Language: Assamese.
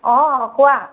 অঁ কোৱা